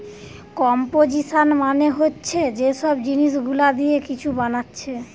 composition মানে হচ্ছে যে সব জিনিস গুলা দিয়ে কিছু বানাচ্ছে